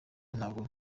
ntabwo